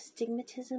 stigmatism